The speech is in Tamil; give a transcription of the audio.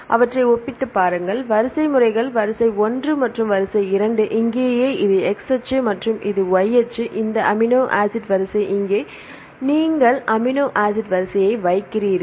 அவற்றை ஒப்பிட்டுப் பாருங்கள் வரிசைமுறைகள் வரிசை ஒன்று மற்றும் வரிசை இரண்டு இங்கேயே இது x அச்சு மற்றும் இங்கே y அச்சு இந்த அமினோ ஆசிட் வரிசை இங்கே நீங்கள் அமினோ ஆசிட் வரிசையை வைக்கிறீர்கள்